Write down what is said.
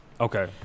Okay